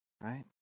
right